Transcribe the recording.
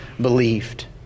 believed